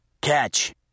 Catch